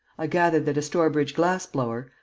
i gathered that a stourbridge glass-blower,